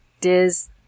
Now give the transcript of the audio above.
Diz